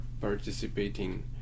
participating